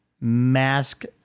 mask